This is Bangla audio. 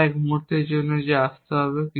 আমরা এক মুহূর্তের মধ্যে যে আসতে হবে